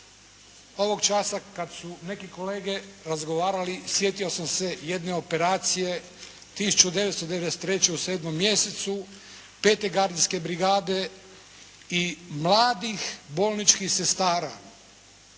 Ovog časa kad su neki kolege razgovarali sjetio sam se jedne operacije 1993. u sedmom mjesecu, pete gardijske brigade i mladih bolničkih sestara.